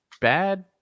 bad